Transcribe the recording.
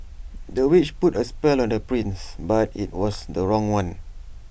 the witch put A spell on the prince but IT was the wrong one